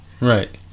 Right